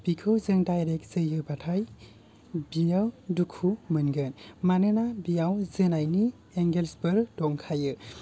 बिखौ जों डायरेक्ट जोयोबाथाय बियाव दुखु मोनगोन मानोना बियाव जोनायनि एंगेल्सफोर दंखायो